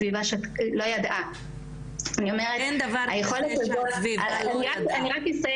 אין דבר כזה שהסביבה לא ידעה, אין דבר כזה.